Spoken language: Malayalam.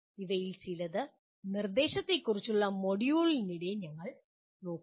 അവയിൽ ചിലത് നിർദ്ദേശത്തെക്കുറിച്ചുള്ള മൊഡ്യൂളിനിടെ ഞങ്ങൾ നോക്കും